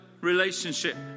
relationship